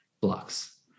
blocks